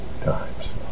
times